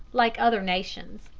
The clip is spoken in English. like other nations.